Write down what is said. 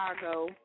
Chicago